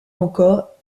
encore